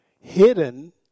Hidden